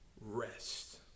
rest